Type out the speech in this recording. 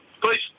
Please